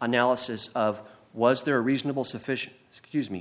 analysis of was there a reasonable sufficient excuse me